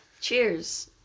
Cheers